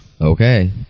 Okay